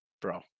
Bro